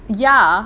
ya